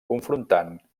confrontant